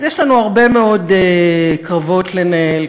אז יש לנו הרבה מאוד קרבות לנהל,